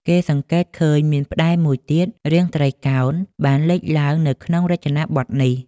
គេសង្កេតឃើញ មានផ្តែរមួយទៀតរាងត្រីកោណបានលេចឡើងនៅក្នុងរចនាបទនេះ។